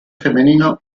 femenino